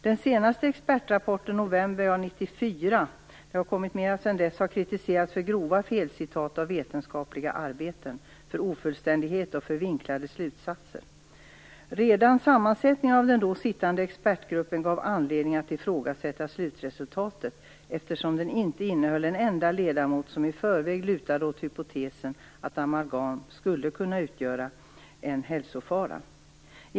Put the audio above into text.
det har kommer fler sedan dess - har kritiserats för grova felcitat av vetenskapliga arbeten, ofullständighet och vinklade slutsatser. Redan sammansättningen av expertgruppen gav anledning att ifrågasätta slutresultatet, eftersom den inte hade en enda ledamot som i förväg lutade åt hypotesen att amalgam skulle kunna utgöra en hälsofara.